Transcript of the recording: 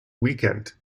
weekend